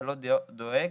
ולא דואג